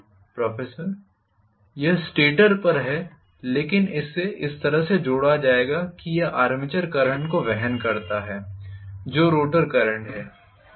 professor यह stator पर है लेकिन इसे इस तरह से जोड़ा जाएगा कि यह आर्मेचर करंट को वहन करता है जो रोटर करंट है